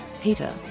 Peter